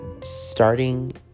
starting